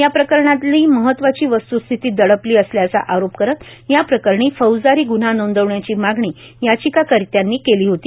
या प्रकरणातली महत्वाची वस्त्स्थिती दडपली असल्याचा आरोप करत याप्रकरणी फौजदारी ग्न्हा नोंदवण्याची मागणी याचिकाकर्त्यांनी केली होती